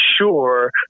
sure